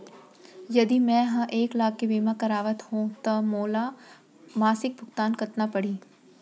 यदि मैं ह एक लाख के बीमा करवात हो त मोला मासिक भुगतान कतना पड़ही?